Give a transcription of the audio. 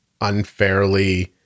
unfairly